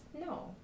No